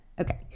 Okay